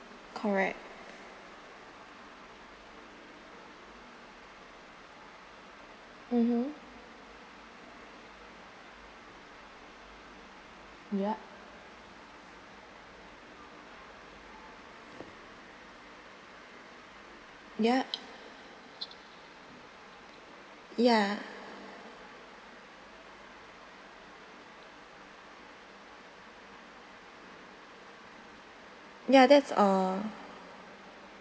correct mmhmm ya ya ya ya that's all